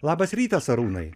labas rytas arūnai